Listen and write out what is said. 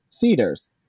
theaters